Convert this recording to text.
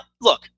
look